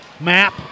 Map